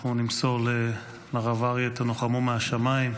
אנחנו נמסור לרב אריה: תנוחמו מן השמיים.